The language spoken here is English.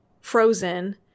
frozen